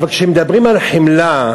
אבל כשמדברים על חמלה,